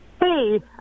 Hey